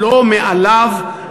לא מעליו,